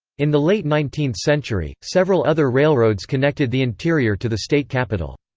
in the late nineteenth century, several other railroads connected the interior to the state capital.